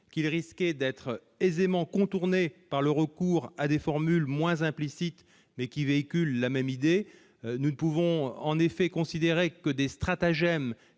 qu'il risquait d'être aisément contourné par le recours à des formules moins implicites, mais véhiculant la même idée. Nous pouvons en effet considérer que des stratagèmes